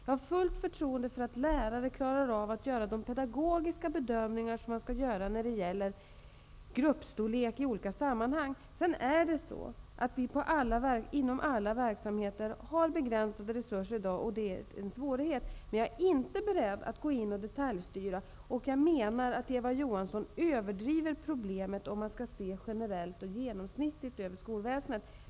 Jag har också fullt förtroende för att lärarna kan göra de pedagogiska bedömningar som är nödvändiga för att man skall kunna fastställa gruppstorlekarna i olika sammanhang. Inom alla verksamheter har vi i dag begränsade resurser, och det medför naturligtvis svårigheter. Jag är emellertid inte beredd att gå in och detaljstyra, och jag anser att Eva Johansson överdriver det här problemet om man ser till genomsnittet i hela skolväsendet.